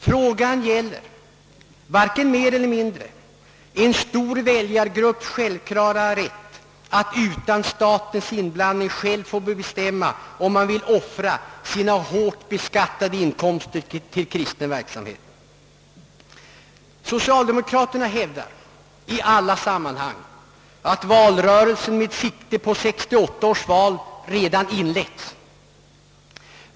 Frågan gäller varken mer eller mindre än en stor väljargrupps självklara rätt att utan statens inblandning själv få bestämma om man vill offra sina hårt beskattade inkomster till kristen verksamhet. Socialdemokraterna hävdar i alla sammanhang att valrörelsen med sikte på 1968 års val redan inletts.